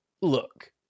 look